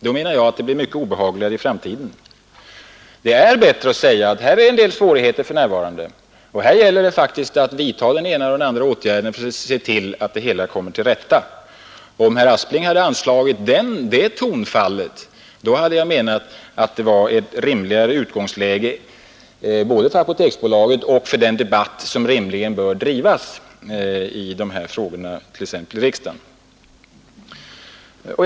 Då blir det mycket obehagligare i framtiden. Det är då bättre att säga att här föreligger för närvarande en del svårigheter. Här gäller det faktiskt att vidta den ena eller den andra åtgärden för att se till att det hela kommer till rätta. Om herr Aspling hade anslagit det tonfallet, hade utgångsläget varit rimligare både för Apoteksbolaget och för den debatt, som bör drivas i riksdagen i dessa frågor.